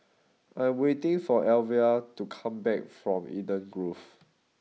I am waiting for Elvia to come back from Eden Grove